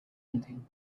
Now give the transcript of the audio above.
anything